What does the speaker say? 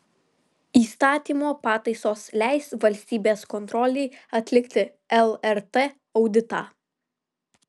įstatymo pataisos leis valstybės kontrolei atlikti lrt auditą